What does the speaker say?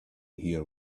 hear